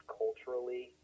culturally